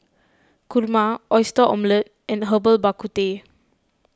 Kurma Oyster Omelette and Herbal Bak Ku Teh